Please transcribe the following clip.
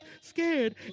scared